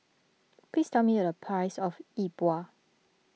please tell me the price of Yi Bua